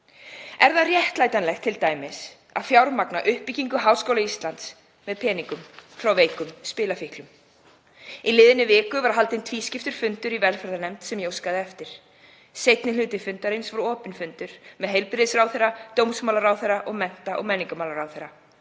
Er t.d. réttlætanlegt að fjármagna uppbyggingu Háskóla Íslands með peningum frá veikum spilafíklum? Í liðinni viku var haldinn tvískiptur fundur í velferðarnefnd sem ég óskaði eftir. Seinni hluti fundarins var opinn fundur með heilbrigðisráðherra, dómsmálaráðherra og mennta- og menningarmálaráðherra.